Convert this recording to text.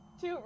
Two